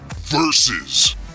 versus